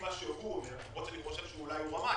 מה שהוא אומר למרות שאני חושב שאולי הוא רמאי